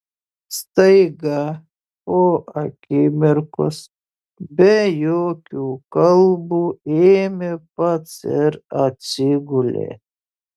staiga po akimirkos be jokių kalbų ėmė pats ir atsigulė